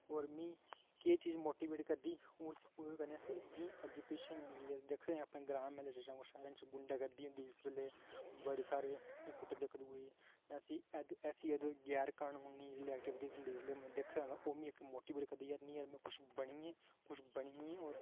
और मी केह् चीज मोटीवेट करदी उस गी पूरा करने आस्तै अग्गें पिच्छे जेल्लै दिक्खने आं अपने ग्रां म्हल्ले उस बेल्लै सारे च गुंडा गर्दी होंदी जिसलै बड़े सारे इ'यां कुट्टदे इक दूए ई असी गैर कानूनी ऐक्टीविटी इक मोटीवेट करदी ऐ यार में किश बनियै और